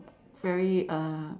very